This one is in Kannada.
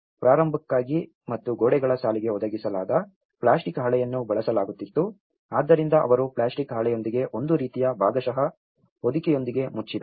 ಪ್ರಾರಂಭಕ್ಕಾಗಿ ಮತ್ತು ಗೋಡೆಗಳ ಸಾಲಿಗೆ ಒದಗಿಸಲಾದ ಪ್ಲಾಸ್ಟಿಕ್ ಹಾಳೆಯನ್ನು ಬಳಸಲಾಗುತ್ತಿತ್ತು ಆದ್ದರಿಂದ ಅವರು ಪ್ಲಾಸ್ಟಿಕ್ ಹಾಳೆಯೊಂದಿಗೆ ಒಂದು ರೀತಿಯ ಭಾಗಶಃ ಹೊದಿಕೆಯೊಂದಿಗೆ ಮುಚ್ಚಿದರು